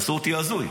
עשו אותי הזוי.